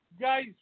guys